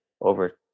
over